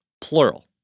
plural